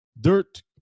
Dirt